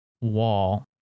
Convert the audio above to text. wall